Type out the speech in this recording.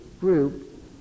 group